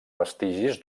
vestigis